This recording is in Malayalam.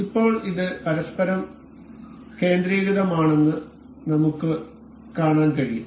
ഇപ്പോൾ ഇത് പരസ്പരം കേന്ദ്രീകൃതമാണെന്ന് നമുക്ക് കാണാൻ കഴിയും